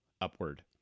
upward